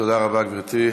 תודה רבה, גברתי.